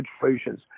situations